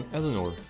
Eleanor